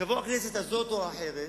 תבוא הכנסת הזאת או אחרת